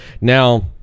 Now